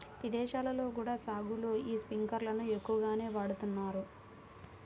ఇదేశాల్లో కూడా సాగులో యీ స్పింకర్లను ఎక్కువగానే వాడతన్నారు